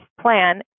plan